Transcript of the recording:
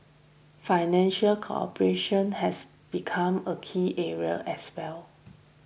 financial cooperation has become a key area as well